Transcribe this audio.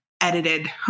edited